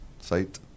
site